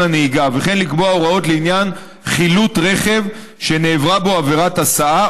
הנהיגה וכן לקבוע הוראות לעניין חילוט רכב שנעברה בו עבירת הסעה,